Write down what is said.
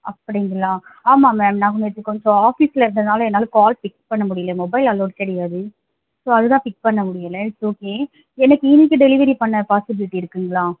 அப்படிங்களா ஆமாம் மேம் நாங்கள் நேற்று கொஞ்சம் ஆஃபீஸில் இருந்ததுனால் என்னால் கால் பிக் பண்ண முடியல மொபைல் அலவுட் கிடையாது ஸோ அதுதான் பிக் பண்ண முடியலை இட்ஸ் ஓகே எனக்கு இன்றைக்கி டெலிவரி பண்ண பாசிபிலிட்டி இருக்குதுங்களா